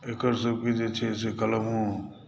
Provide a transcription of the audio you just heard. एकरसभके जे छै से कलमो